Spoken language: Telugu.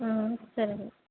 సరే